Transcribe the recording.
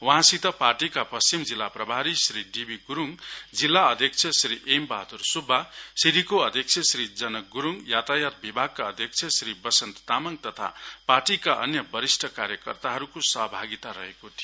वहाँ सित पार्टीका पश्चिम जिल्ला प्रभारी श्री डी बी गुरुङ जिल्ला अध्यक्ष श्री एम वहादुर सुब्बा सिडिको अध्यक्ष श्री जनक गुरुङ यायायात विभागका अध्यक्ष श्री बसनत तामाङ तथा पार्टीका अन्य वरिष्ठ कार्यकर्ताहरुको सहभागिता रहेको थियो